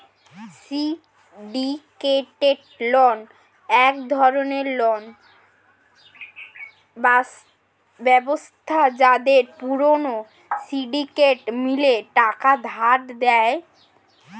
syndicated loan এক ধরণের loan ব্যবস্থা যাতে পুরো সিন্ডিকেট মিলে টাকা ধার দেয়